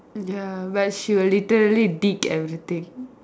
ya but she will literally dig everything